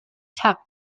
tap